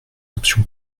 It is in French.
options